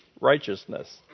righteousness